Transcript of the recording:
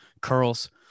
curls